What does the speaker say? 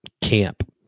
camp